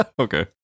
Okay